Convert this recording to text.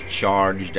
charged